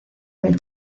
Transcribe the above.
del